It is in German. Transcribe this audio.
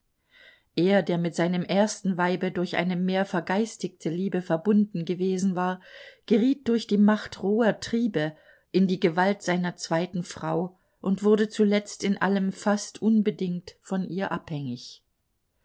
er der mit seinem ersten weibe durch eine mehr vergeistigte liebe verbunden gewesen war geriet durch die macht roher triebe in die gewalt seiner zweiten frau und wurde zuletzt in allem fast unbedingt von ihr abhängig